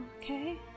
Okay